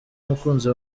umukunzi